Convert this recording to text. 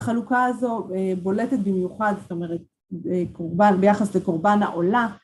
החלוקה הזו בולטת במיוחד, זאת אומרת, ביחס לקורבן העולה.